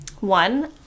One